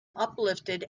uplifted